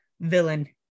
Villain